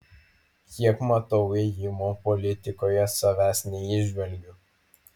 kiek matau ėjimų politikoje savęs neįžvelgiu